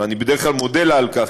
ואני בדרך כלל מודה לה על כך,